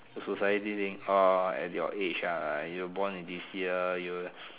society think orh at your age ah you born in this year you